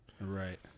Right